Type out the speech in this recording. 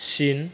चिन